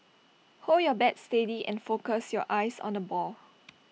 hold your bat steady and focus your eyes on the ball